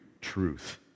truth